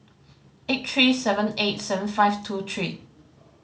eight three seven eight seven five two three